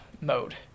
mode